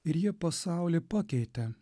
ir jie pasaulį pakeitė